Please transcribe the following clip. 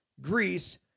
Greece